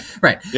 right